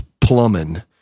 plumbing